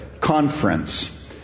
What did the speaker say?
conference